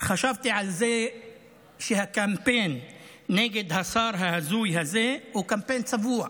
חשבתי על זה שהקמפיין נגד השר ההזוי הזה הוא קמפיין צבוע.